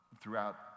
throughout